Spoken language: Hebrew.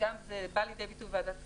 וזה בא לידי ביטוי בוועדת הכספים,